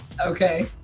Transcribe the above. Okay